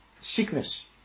sickness